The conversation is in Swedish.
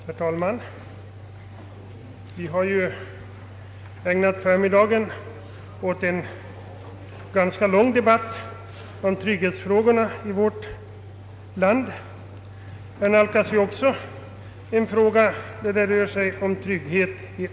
Herr talman! Vi har ägnat förmiddagen åt en ganska lång debatt om trygghetsfrågorna i vårt land. Här nalkas vi ännu en fråga som i allra högsta grad handlar om trygghet.